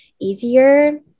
easier